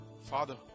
father